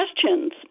questions